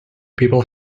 people